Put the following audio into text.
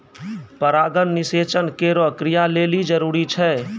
परागण निषेचन केरो क्रिया लेलि जरूरी छै